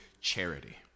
charity